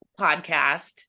podcast